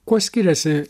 kuo skiriasi